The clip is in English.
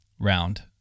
round